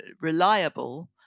reliable